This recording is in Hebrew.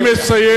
סליחה, אני מסיים.